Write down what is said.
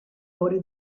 ore